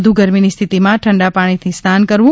વધુ ગરમીની સ્થિતિમાં ઠંડા પાણીથી સ્નાન કરવું